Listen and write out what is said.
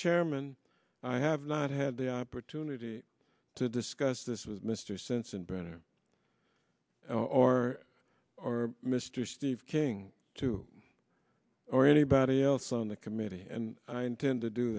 chairman i have not had the opportunity to discuss this with mr sensenbrenner or or mr steve king two or anybody else on the committee and i intend to do